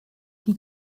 die